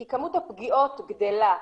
כי כמות הפגיעות גדלה,